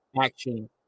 action